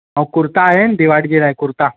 ऐं कुर्ता आहियां आहिनि दीवाली जे लाइ कुर्ता